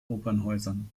opernhäusern